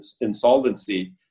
insolvency